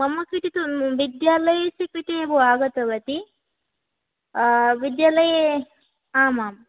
मम कृते तु विद्यालयस्य कृते एव आगतवती विद्यालये आमाम्